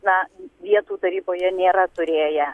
na vietų taryboje nėra turėję